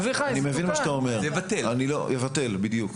יבטל, בדיוק.